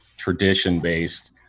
tradition-based